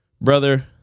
Brother